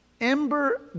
ember